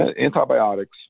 Antibiotics